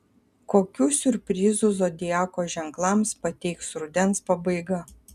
kokių siurprizų zodiako ženklams pateiks rudens pabaiga